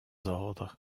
ordres